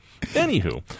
Anywho